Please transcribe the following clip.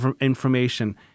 information